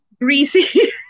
greasy